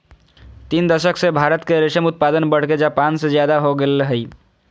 तीन दशक से भारत के रेशम उत्पादन बढ़के जापान से ज्यादा हो गेल हई